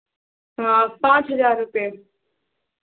हाँ पाँच हज़ार रुपये